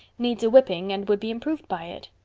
needs a whipping and would be improved by it.